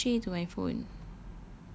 no the crotchet to my phone